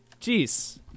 Jeez